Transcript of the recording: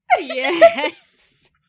Yes